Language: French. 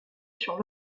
sur